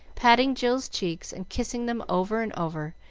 patting jill's cheeks and kissing them over and over,